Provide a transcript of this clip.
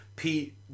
Pete